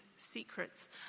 Secrets